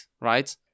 Right